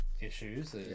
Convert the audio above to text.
Issues